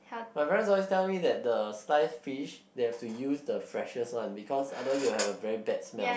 my parents always tell me that the sliced fish they have to use the freshest one be because otherwise you have a very bad smell